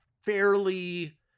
fairly